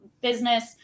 business